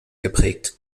geprägt